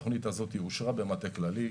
התוכנית הזאת אושרה במטה כללי,